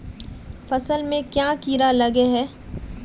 फसल में क्याँ कीड़ा लागे है?